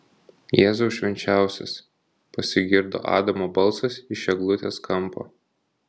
jėzau švenčiausias pasigirdo adamo balsas iš eglutės kampo